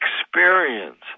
experience